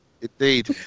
indeed